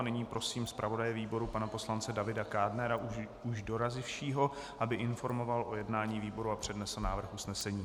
Nyní prosím zpravodaje výboru pana poslance Davida Kádnera, už dorazivšího, aby informoval o jednání výboru a přednesl návrh usnesení.